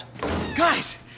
Guys